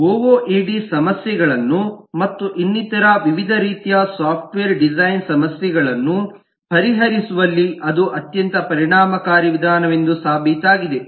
OOAD ಸಮಸ್ಯೆಗಳನ್ನು ಮತ್ತು ಇನ್ನಿತರ ವಿವಿಧ ರೀತಿಯ ಸಾಫ್ಟ್ವೇರ್ ಡಿಸೈನ್ ಸಮಸ್ಯೆಗಳನ್ನು ಪರಿಹರಿಸುವಲ್ಲಿ ಅದು ಅತ್ಯಂತ ಪರಿಣಾಮಕಾರಿ ವಿಧಾನವೆಂದು ಸಾಬೀತಾಗಿದೆ